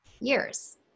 years